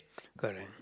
correct